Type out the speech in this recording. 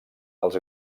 els